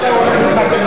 אדוני היושב-ראש, להתנגד,